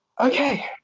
Okay